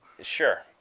Sure